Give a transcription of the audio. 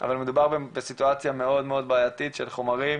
אבל מדובר בסיטואציה מאוד מאוד בעייתית של חומרים